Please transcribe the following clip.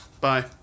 Bye